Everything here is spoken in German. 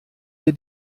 wir